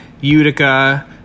Utica